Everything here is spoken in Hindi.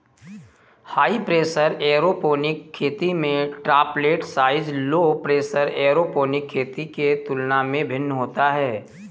हाई प्रेशर एयरोपोनिक खेती में droplet size low pressure aeroponic खेती के तुलना में भिन्न होता है